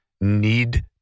need